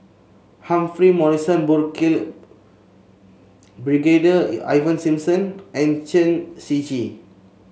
Humphrey Morrison Burkill Brigadier Ivan Simson and Chen Shiji